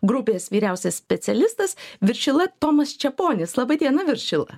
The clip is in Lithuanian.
grupės vyriausias specialistas viršila tomas čeponis laba diena viršila